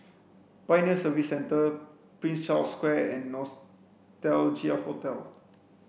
Pioneer Service Centre Prince Charles Square and Nostalgia Hotel